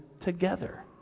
together